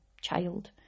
child